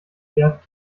shared